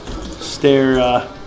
stare